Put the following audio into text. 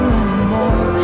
anymore